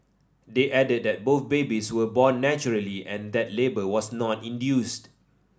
they added that both babies were born naturally and that labour was not induced